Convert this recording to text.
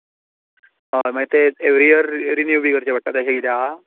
हय मागीर तें एवरी इयर रिन्यू बी करचें पडटा तशें कितें हा